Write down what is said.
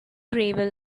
gravel